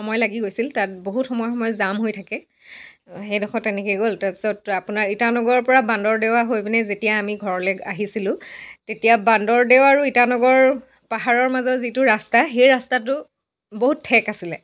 সময় লাগি গৈছিল তাত বহুত সময়ে সময়ে যাম হৈ থাকে সেইডোখৰ তেনেকৈ গ'ল তাৰপিছত আপোনাৰ ইটানগৰৰ পৰা বান্দৰদেৱা হৈ পিনে যেতিয়া আমি ঘৰলৈ আহিছিলোঁ তেতিয়া বান্দৰদেৱা আৰু ইটানগৰ পাহাৰৰ মাজৰ যিটো ৰাস্তা সেই ৰাস্তাটো বহুত ঠেক আছিলে